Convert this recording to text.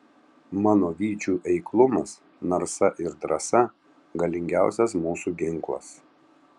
mano vyčių eiklumas narsa ir drąsa galingiausias mūsų ginklas